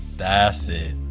that's it,